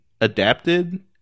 adapted